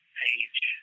page